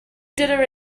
dinner